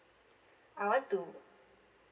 I want to